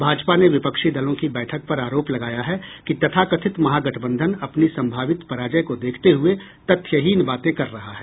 भाजपा ने विपक्षी दलों की बैठक पर आरोप लगाया है कि तथाकथित महागठबंधन अपनी संभावित पराजय को देखते हुए तथ्यहीन बातें कर रहा है